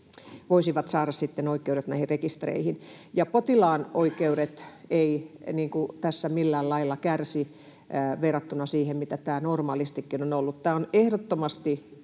voisivat saada oikeudet näihin rekistereihin. Potilaan oikeudet eivät tässä millään lailla kärsi verrattuna siihen, miten tämä normaalistikin on ollut. Tämän lainsäädännön